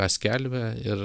ką skelbė ir